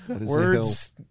Words